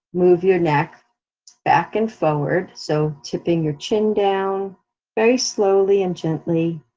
move your neck back and forward, so tipping your chin down very slowly and gently,